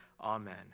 Amen